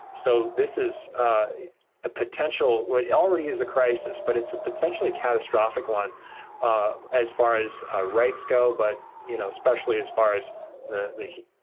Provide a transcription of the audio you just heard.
so, this is a potential, well, it already is a crisis, but it's a potentially catastrophic one as far as rights go, but you know especially as far as the the